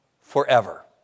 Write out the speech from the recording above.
forever